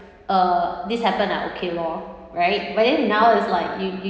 uh this happen ah okay lor right but then now is like you you